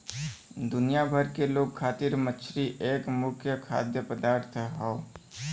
दुनिया भर के लोग खातिर मछरी एक मुख्य खाद्य पदार्थ हौ